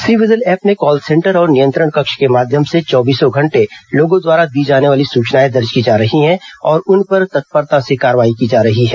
सी vigil app में call centre और नियंत्रण कक्ष के माध्यम से चौबीसों घण्टे लोगों द्वारा दी जाने वाली सूचनाएं दर्ज की जा रही हैं और उन पर तत्परता से कार्यवाही की जा रही है